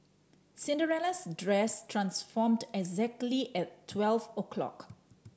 Cinderella's dress transformed exactly at twelve o'clock